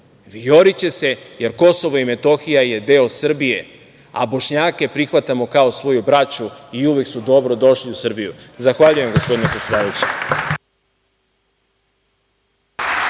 vijoriće se, jer Kosovo i Metohija su deo Srbije, a Bošnjake prihvatamo kao svoju braću i uvek su dobrodošli u Srbiju. Zahvaljujem gospodine predsedavajući.